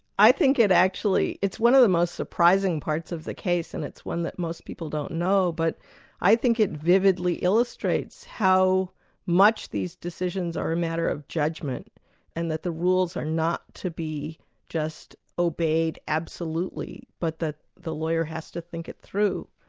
i think it actually it's one of the most surprising parts of the case, and it's one that most people don't know, but i think it vividly illustrates how much these decisions are a matter of judgment and that the rules are not to be just obeyed absolutely, but that the lawyer has to think it through.